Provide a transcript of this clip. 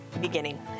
beginning